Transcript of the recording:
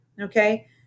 okay